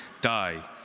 die